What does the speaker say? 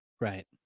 Right